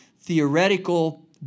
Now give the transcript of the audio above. theoretical